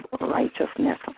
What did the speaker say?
righteousness